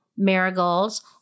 Marigolds